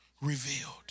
Revealed